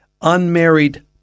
unmarried